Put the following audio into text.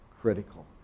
critical